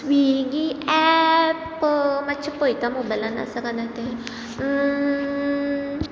Swiggy app मातशें पळयता मोबायलान आसा गाय ना तें